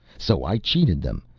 so i cheated them,